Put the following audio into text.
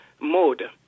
mode